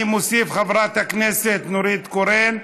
אני מוסיף את חברת הכנסת נורית קורן,